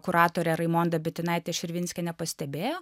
kuratorė raimonda bitinaitė širvinskienė pastebėjo